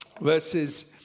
verses